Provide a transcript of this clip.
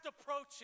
approaching